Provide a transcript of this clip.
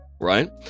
right